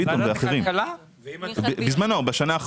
בו זמנית יהיו על המדף שלוש חברות כרטיסי האשראי.